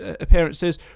appearances